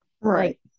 right